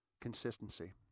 consistency